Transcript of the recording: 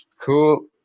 Cool